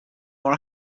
more